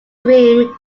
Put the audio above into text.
stream